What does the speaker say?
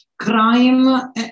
crime